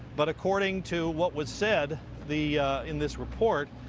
but according to what was said the in this report.